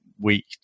week